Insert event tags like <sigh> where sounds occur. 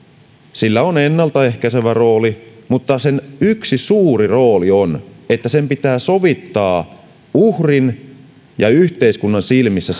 sillä on ennaltaehkäisevä rooli mutta sen yksi suuri rooli on että sen pitää sovittaa uhrin ja yhteiskunnan silmissä <unintelligible>